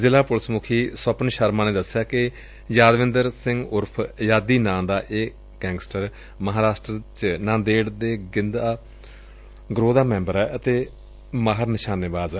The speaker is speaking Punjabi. ਜ਼ਿਲੂ ਪੁਲਿਸ ਮੁਖੀ ਸਵਪਨ ਸ਼ਰਮਾ ਨੇ ਦਸਿਆ ਕਿ ਯਾਦਵਿੰਦਰ ਸਿੰਘ ਊਰਫ਼ ਯਾਦੀ ਨਾਂ ਦਾ ਇਕ ਗੈਂਗਸਟਰ ਮਹਾਰਾਸਟਰ ਚ ਨਾਂਦੇੜ ਦੇ ਰਿੰਦਾ ਗਰੋਹ ਦਾ ਮੈਂਬਰ ਏ ਅਤੇ ਮਾਹਿਰ ਨਿਸ਼ਾਨੇਬਾਜ਼ ਏ